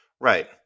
Right